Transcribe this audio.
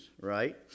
right